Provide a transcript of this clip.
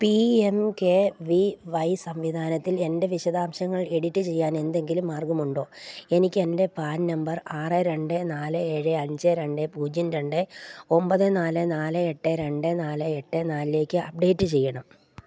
P M K V Y സംവിധാനത്തിൽ എൻ്റെ വിശദാംശങ്ങൾ എഡിറ്റ് ചെയ്യാനെന്തെങ്കിലും മാർഗ്ഗമുണ്ടോ എനിക്ക് എൻ്റെ പാൻ നമ്പർ ആറു രണ്ട് നാല് ഏഴ് അഞ്ച് രണ്ട് പൂജ്യം രണ്ട് ഒമ്പത് നാല് നാല് എട്ട് രണ്ട് നാല് എട്ട് നാലിലേക്ക് അപ്ഡേറ്റ് ചെയ്യണം